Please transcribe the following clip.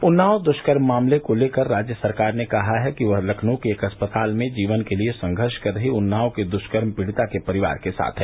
उन्नाव दुष्कर्म मामले को लेकर राज्य सरकार ने कहा है कि वह लखनऊ के एक अस्पताल में जीवन के लिए संघर्ष कर रही उन्नाव की दृष्कर्म पीड़िता के परिवार के साथ है